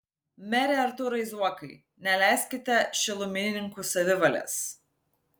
mere artūrai zuokai neleiskite šilumininkų savivalės